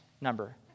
number